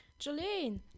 Jolene